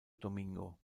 domingo